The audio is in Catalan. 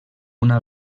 una